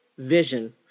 vision